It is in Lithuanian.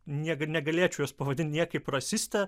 niekad negalėčiau jos pavadinti niekaip rasiste